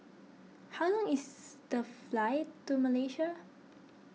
how long is the flight to Malaysia